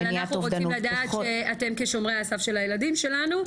אבל אנחנו רוצים לדעת שאתם כ'שומרי הסף' של הילדים שלנו,